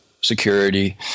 security